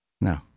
No